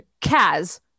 Kaz